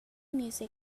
music